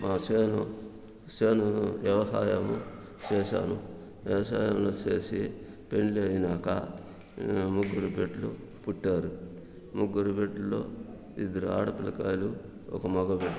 మా సేను సేను వ్యవసాయము చేశాను వ్యవసాయమును చేసి పెండ్లి అయినాక ముగ్గురు బిడ్డలు పుట్టారు ముగ్గురు బిడ్డలు ఇద్దరు ఆడపిల్లలకాయలు ఒక మగ బిడ్డ